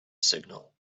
signal